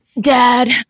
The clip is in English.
Dad